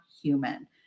human